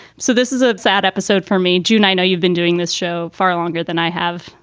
so this is a sad episode for me. june, i know you've been doing this show far longer than i have.